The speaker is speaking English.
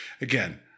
again